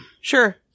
sure